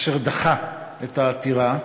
אשר דחה את העתירה.